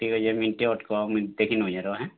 ଠିକ୍ ଅଛେ ମିନ୍ଟେ ଅଟ୍କ ମୁଇଁ ଦେଖି ନେଉଛେ ରହ ହାଁ